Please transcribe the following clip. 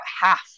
half